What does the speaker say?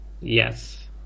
Yes